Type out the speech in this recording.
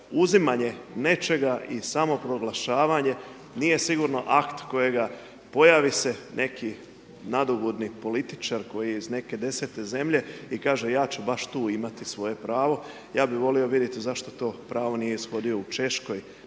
uzimanje nečega i samo proglašavanje nije sigurno akt kojega pojavi se neki nadobudni političar koji je iz neke desete zemlje i kaže ja ću baš tu imati svoje pravo. Ja bih volio vidjeti zašto to pravo nije ishodio u Češkoj